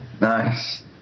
Nice